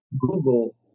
google